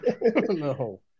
No